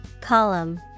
Column